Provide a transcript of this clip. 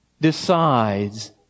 decides